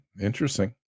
interesting